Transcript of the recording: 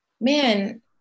man